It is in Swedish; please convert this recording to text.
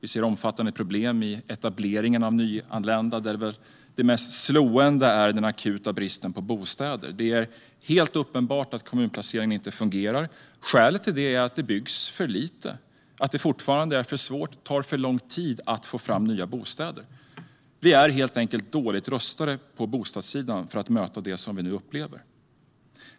Vi ser omfattande problem i etableringen av nyanlända, där det mest slående är den akuta bristen på bostäder. Det är helt uppenbart att kommunplaceringen inte fungerar. Skälet till detta är att det byggs för lite. Det är fortfarande för svårt och tar för lång tid att få fram nya bostäder. Vi är helt enkelt dåligt rustade på bostadssidan för att möta det vi nu upplever.